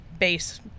Base